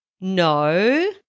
No